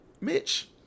Mitch